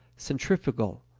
centrifugal,